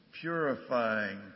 purifying